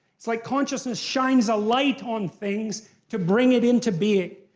it's like consciousness shines a light on things to bring it into being.